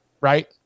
Right